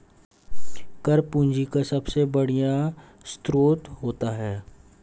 कर पूंजी का सबसे बढ़िया स्रोत होता है